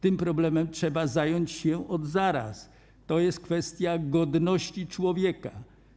Tym problemem trzeba się zająć od zaraz, to jest kwestia godności człowieka.